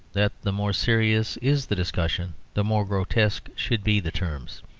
that the more serious is the discussion the more grotesque should be the terms.